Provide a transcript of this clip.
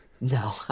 No